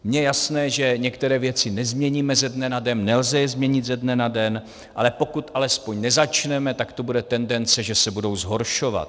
Je jasné, že některé věci nezměníme ze dne na den, nelze je změnit ze dne na den, ale pokud alespoň nezačneme, tak tu bude tendence, že se budou zhoršovat.